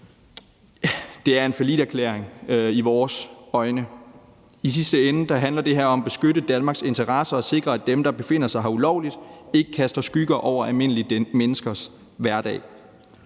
det er en falliterklæring i vores øjne. I sidste ende handler det her om at beskytte Danmarks interesser og sikre, at dem, der befinder sig her ulovligt, ikke kaster skygger over almindelige menneskers hverdag.